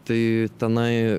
tai tenai